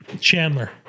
Chandler